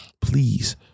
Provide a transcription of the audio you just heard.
Please